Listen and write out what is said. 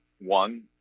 one